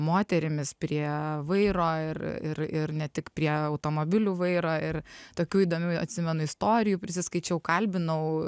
moterimis prie vairo ir ir ir ne tik prie automobilių vairo ir tokių įdomių atsimenu istorijų prisiskaičiau kalbinau